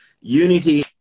Unity